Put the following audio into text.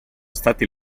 stati